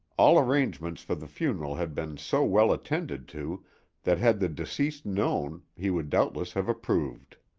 all arrangements for the funeral had been so well attended to that had the deceased known he would doubtless have approved.